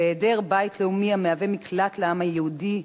בהיעדר בית לאומי המהווה מקלט לעם היהודי,